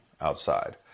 outside